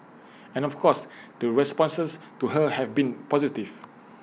and of course the responses to her have been positive